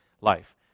life